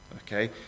okay